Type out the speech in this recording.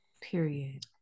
Period